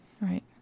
Right